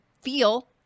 feel